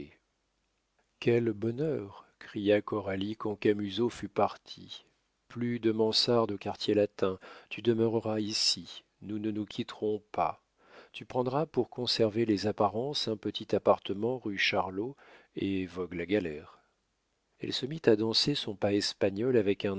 quel bonheur cria coralie quand camusot fut parti plus de mansarde au quartier latin tu demeureras ici nous ne nous quitterons pas tu prendras pour conserver les apparences un petit appartement rue charlot et vogue la galère elle se mit à danser son pas espagnol avec un